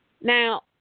now